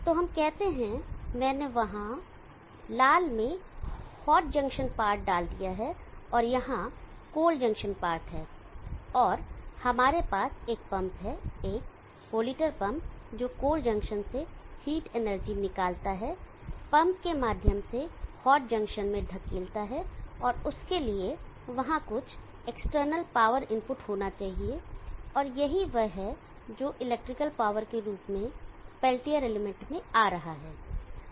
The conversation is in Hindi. तो हम कहते हैं कि मैंने वहां लाल में हॉट जंक्शन पार्ट डाल दिया है और यहां कोल्ड जंक्शन पार्ट है और हमारे पास एक पंप है एक पोलिटर पंप जो कोल्ड जंक्शन से हीट एनर्जी निकालता है पंप के माध्यम से हॉट जंक्शन में धकेलता है और उसके लिए वहां कुछ एक्सटर्नल पावर इनपुट होना चाहिए और यही वह है जो इलेक्ट्रिकल पावर के रूप में पेल्टियर एलिमेंट में आ रहा है